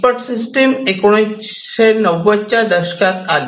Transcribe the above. expert system 1990 च्या दशकात आले